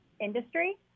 industry